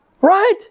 Right